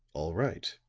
all right.